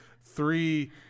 three